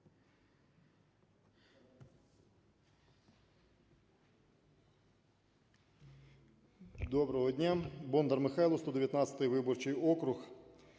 Доброго дня, Бондар Михайло, 119 виборчий округ.